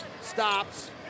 Stops